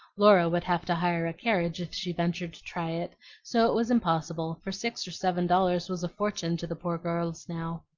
laura would have to hire a carriage if she ventured to try it so it was impossible, for six or seven dollars was a fortune to the poor girls now.